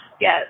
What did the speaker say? yes